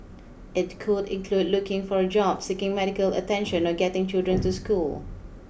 it could include looking for a job seeking medical attention or getting children to school